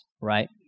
right